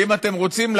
ואם אתם רוצים,